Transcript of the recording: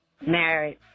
married